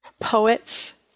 poets